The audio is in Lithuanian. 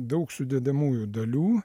daug sudedamųjų dalių